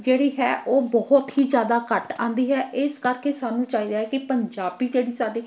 ਜਿਹੜੀ ਹੈ ਉਹ ਬਹੁਤ ਹੀ ਜ਼ਿਆਦਾ ਘੱਟ ਆਉਂਦੀ ਹੈ ਇਸ ਕਰਕੇ ਸਾਨੂੰ ਚਾਹੀਦਾ ਹੈ ਕਿ ਪੰਜਾਬੀ ਜਿਹੜੀ ਸਾਡੀ